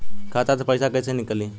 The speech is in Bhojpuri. खाता से पैसा कैसे नीकली?